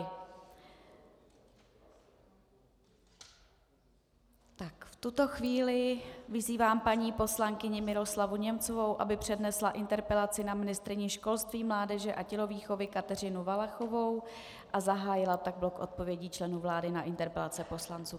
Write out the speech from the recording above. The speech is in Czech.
V tuto chvíli vyzývám paní poslankyni Miroslavu Němcovou, aby přednesla interpelaci na ministryni školství, mládeže a tělovýchovy Kateřinu Valachovou a zahájila tak blok odpovědí členů vlády na interpelace poslanců.